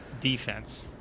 defense